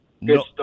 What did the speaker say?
no